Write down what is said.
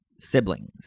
Siblings